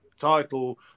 Title